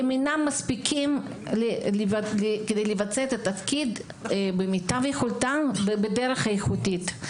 הן אינן מספיקות כדי לבצע את התפקיד כמיטב יכולתם ובדרך איכותית.